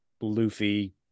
Luffy